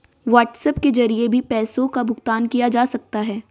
WhatsApp के जरिए भी पैसों का भुगतान किया जा सकता है